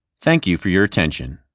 thank you for your attention.